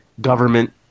government